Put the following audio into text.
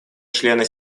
члена